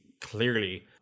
clearly